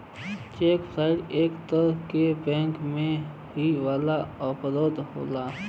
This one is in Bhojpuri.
चेक फ्रॉड एक तरे क बैंक में होए वाला अपराध होला